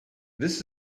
this